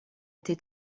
été